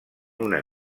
una